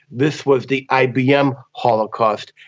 this was the ibm holocaust,